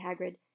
Hagrid